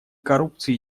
коррупции